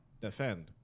defend